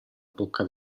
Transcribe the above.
bocca